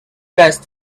best